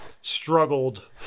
struggled